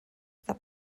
that